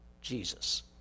Jesus